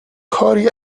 کاری